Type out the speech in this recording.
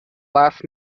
last